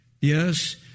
Yes